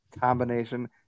combination